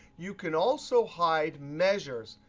you can also hide measures.